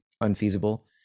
unfeasible